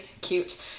cute